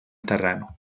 terreno